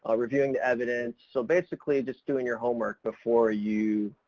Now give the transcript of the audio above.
ah reviewing the evidence, so basically just doing your homework before you,